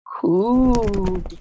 Cool